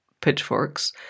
pitchforks